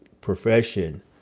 profession